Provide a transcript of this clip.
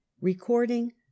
Recording